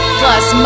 plus